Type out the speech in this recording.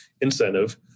incentive